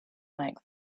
length